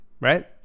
right